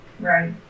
Right